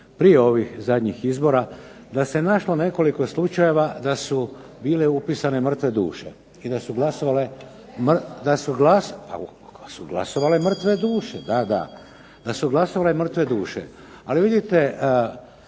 prije ovih zadnjih izbora, da se našlo nekoliko slučajeva da su bile upisane mrtve duše i da su glasovale. …/Upadica